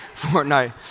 Fortnite